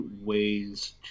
ways